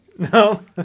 No